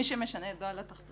חוק אשראי הוגן כידוע עבר,